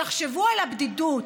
תחשבו על הבדידות,